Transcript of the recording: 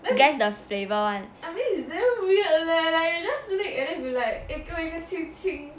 guess the flavour [one]